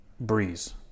breeze